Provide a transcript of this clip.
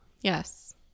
Yes